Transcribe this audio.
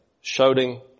shouting